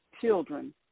children